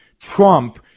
Trump